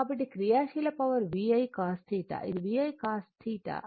కాబట్టి క్రియాశీల power VI cos θ